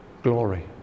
glory